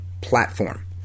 platform